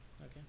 Okay